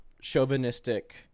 chauvinistic